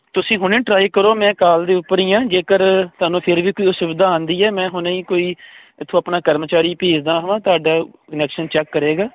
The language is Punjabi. ਤੁਸੀ ਹੁਣੇ ਟਰਾਈ ਕਰੋ ਮੈਂ ਕਾਲ ਦੇ ਉੱਪਰ ਹੀ ਆ ਜੇਕਰ ਤੁਹਾਨੂੰ ਫਿਰ ਵੀ ਕੋਈ ਸੁਵਿਧਾ ਆਉਂਦੀ ਹੈ ਮੈਂ ਹੁਣੇ ਕੋਈ ਇਥੋਂ ਆਪਣਾ ਕਰਮਚਾਰੀ ਭੇਜਦਾ ਹਾਂ ਤੁਹਾਡਾ ਕਨੈਕਸ਼ਨ ਚੈੱਕ ਕਰੇਗਾ